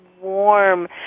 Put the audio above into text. warm